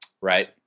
Right